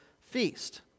feast